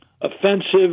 offensive